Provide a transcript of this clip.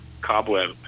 cobweb